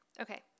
Okay